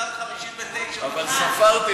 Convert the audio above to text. בסדר-היום של הכנסת